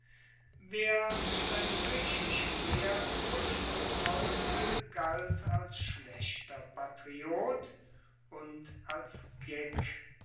wer mit seinem griechisch mehr vorstellen wollte galt als schlechter patriot und als geck